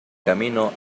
camino